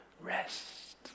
rest